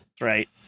Right